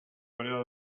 período